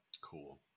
Cool